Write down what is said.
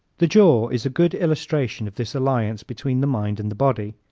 the jaw is a good illustration of this alliance between the mind and the body.